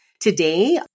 today